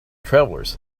travelers